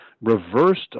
reversed